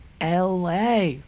LA